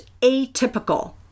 Atypical